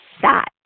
sat